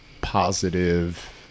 positive